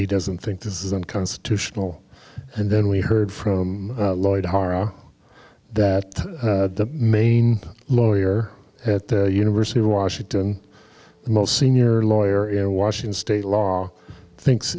he doesn't think this is unconstitutional and then we heard from lloyd haro that the main lawyer at the university of washington the most senior lawyer in washington state law thinks